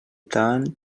tant